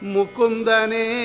Mukundane